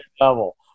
level